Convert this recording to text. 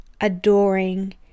adoring